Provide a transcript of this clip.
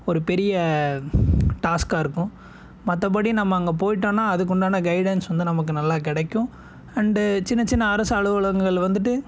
ஒரு பெரிய டாஸ்க்காக இருக்கும் மற்றபடி நம்ம அங்கே போய்ட்டோன்னா அதுக்கு உண்டான கைடன்ஸ் வந்து நமக்கு நல்லா கிடைக்கும் அண்டு சின்ன சின்ன அரசு அலுவலங்கள் வந்துவிட்டு